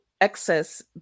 excess